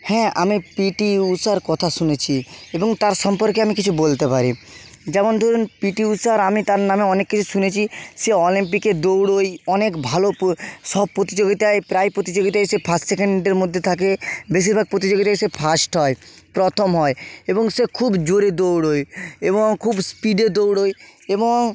হ্যাঁ আমি পিটি ঊষার কথা শুনেছি এবং তাঁর সম্পর্কে আমি কিছু বলতে পারি যেমন ধরুন পিটি ঊষার আমি তাঁর নামে অনেক কিছু শুনেছি সে অলিম্পিকে দৌড়োয় অনেক ভালো সব প্রতিযোগিতায় প্রায় প্রতিযোগিতায় সে ফার্স্ট সেকেন্ডের মধ্যে থাকে বেশিরভাগ প্রতিযোগিতায় সে ফার্স্ট হয় প্রথম হয় এবং সে খুব জোরে দৌড়োয় এবং খুব স্পিডে দৌড়োয় এবং